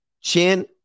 Chin